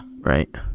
right